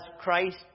Christ